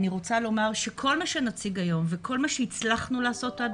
אני רוצה לומר שכל מה שנציג היום וכל מה שהצלחנו לעשות עד